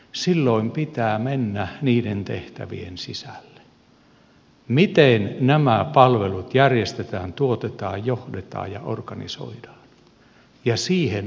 silloin pitää mennä niiden tehtävien sisälle miten nämä palvelut järjestetään tuotetaan johdetaan ja organisoidaan ja siihen on välineitä